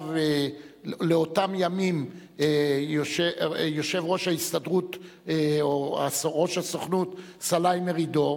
ישב באותם ימים יושב-ראש ההסתדרות או ראש הסוכנות סלי מרידור,